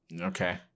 Okay